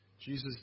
Jesus